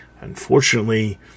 unfortunately